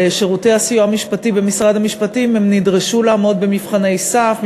בשירותי הסיוע המשפטי במשרד המשפטים הם נדרשו לעמוד במבחני סף,